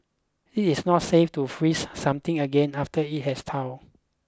it is not safe to freeze something again after it has thawed